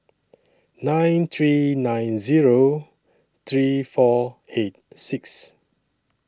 nine three nine Zero three four eight six